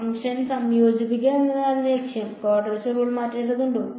function സംയോജിപ്പിക്കുക എന്നതാണ് ലക്ഷ്യം ക്വാഡ്രേച്ചർ റൂൾ മാറ്റേണ്ടതുണ്ടോ